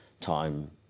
time